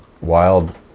wild